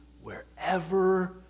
wherever